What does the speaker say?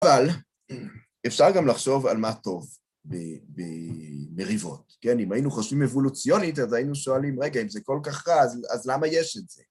אבל אפשר גם לחשוב על מה טוב במריבות. כן, אם היינו חושבים אבולוציונית, אז היינו שואלים, רגע, אם זה כל כך רע, אז למה יש את זה?